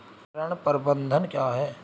ऋण प्रबंधन क्या है?